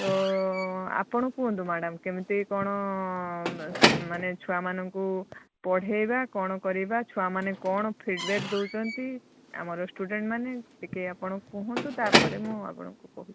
ତ ଆପଣ କୁହନ୍ତୁ ମ୍ୟାଡ଼ାମ୍ କେମିତି କଣ ମାନେ ଛୁଆମାନଙ୍କୁ ପଢ଼େଇବା କ'ଣ କରିବା ଛୁଆମାନେ କ'ଣ ଫିଡ଼ବେକ୍ ଦେଉଛନ୍ତି ଆମର ଷ୍ଟୁଡେଣ୍ଟ୍ ମାନେ ଟିକିଏ ଆପଣ କୁହନ୍ତୁ ତାପରେ ମୁଁ ଆପଣଙ୍କୁ କହୁଛି